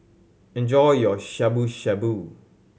enjoy your Shabu Shabu